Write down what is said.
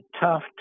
tough